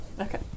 Okay